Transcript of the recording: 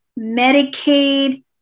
Medicaid